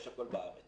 יש הכול בארץ.